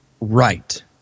right